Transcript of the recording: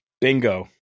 Bingo